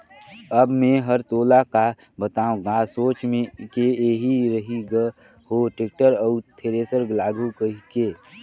अब मे हर तोला का बताओ गा सोच के एही रही ग हो टेक्टर अउ थेरेसर लागहूँ कहिके